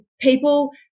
people